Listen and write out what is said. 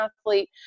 athlete